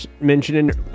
mentioning